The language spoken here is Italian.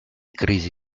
crisi